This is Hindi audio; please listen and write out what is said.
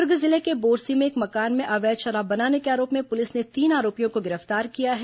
दुर्ग जिले के बोरसी में एक मकान में अवैध शराब बनाने के आरोप में पुलिस ने तीन आरोपियों को गिरफ्तार किया है